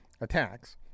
attacks